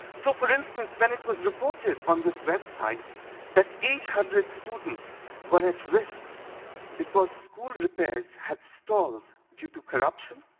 so for instance, when it was reported on this website that eight hundred students were at risk because school repairs had stalled due to corruption,